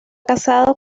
casado